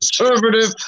conservative